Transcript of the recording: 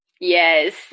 yes